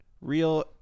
real